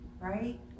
right